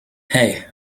hey